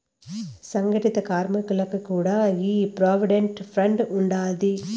సంగటిత కార్మికులకి కూడా ఈ ప్రోవిడెంట్ ఫండ్ ఉండాది